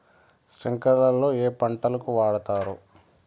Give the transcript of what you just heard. స్ప్రింక్లర్లు ఏ పంటలకు వాడుతారు?